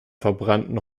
verbrannten